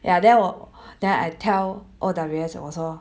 ya then 我 then I tell ows 讲我说